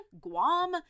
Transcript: Guam